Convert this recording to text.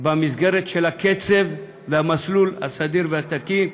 במסגרת הקצב והמסלול הסדיר והתקין,